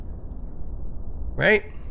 Right